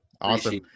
Awesome